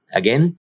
again